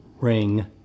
ring